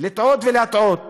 ולהטעות